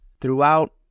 Throughout